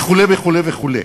וכו' וכו' וכו',